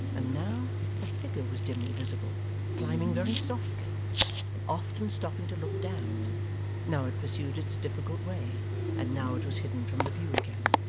and now a figure was dimly visible climbing very softly and often stopping to look down now it pursued its difficult way and now it was hidden from the view again.